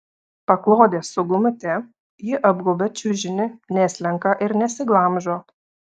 paklodė su gumute ji apgaubia čiužinį neslenka ir nesiglamžo